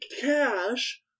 Cash